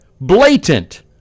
blatant